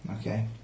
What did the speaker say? Okay